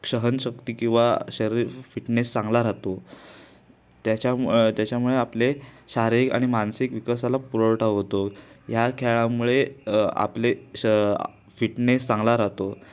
सहनशक्ती किंवा शरीर फिटनेस चांगला राहतो त्याच्यामु त्याच्यामुळे आपले शारीरिक आणि मानसिक विकासाला पुरवठा होतो ह्या खेळामुळे आपले श फिटनेस चांगला राहतो